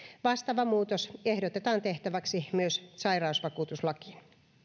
vastaava muutos ehdotetaan tehtäväksi myös sairausvakuutuslakiin